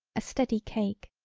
a steady cake,